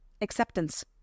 Acceptance